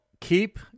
Keep